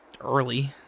early